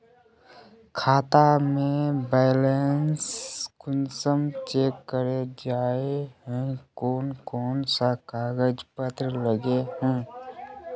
खाता में बैलेंस कुंसम चेक करे जाय है कोन कोन सा कागज पत्र लगे है?